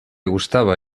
gustaba